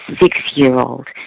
six-year-old